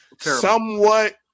somewhat